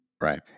Right